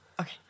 okay